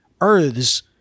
earths